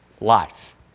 life